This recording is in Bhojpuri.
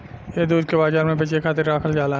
ए दूध के बाजार में बेचे खातिर राखल जाला